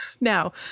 Now